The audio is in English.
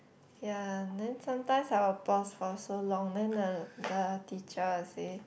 ya then sometimes I will pause for so long then the the teacher will say